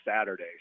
saturday